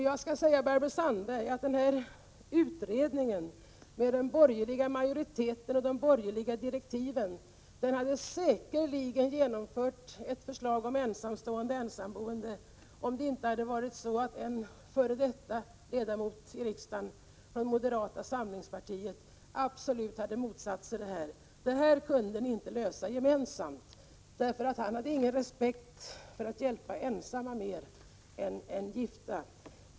Jag skall säga Barbro Sandberg att utredningen med de borgerliga direktiven och den borgerliga majoriteten hade säkert genomfört ett förslag om ensamstående ensamboende om det inte hade varit så att en f. d. ledamot i riksdagen från moderata samlingspartiet absolut hade motsatt sig detta. Ni kunde inte lösa detta problem gemensamt, eftersom han inte hade någon respekt för detta att vara ensamstående och inte ville hjälpa ensamma mer än gifta.